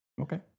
Okay